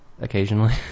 occasionally